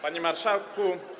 Panie Marszałku!